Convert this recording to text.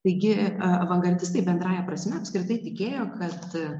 taigi avangardistai bendrąja prasme apskritai tikėjo kad